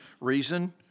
reason